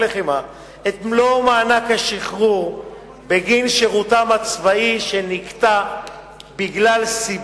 לחימה את מלוא מענק השחרור בגין שירותם הצבאי שנקטע מסיבות